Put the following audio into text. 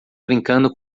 brincando